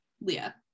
Leah